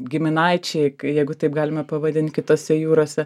giminaičiai jeigu taip galime pavadint kitose jūrose